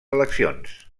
eleccions